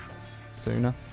Sooner